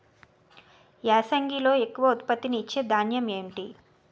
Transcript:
యాసంగిలో ఎక్కువ ఉత్పత్తిని ఇచే ధాన్యం ఏంటి?